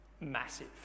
massive